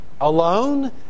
alone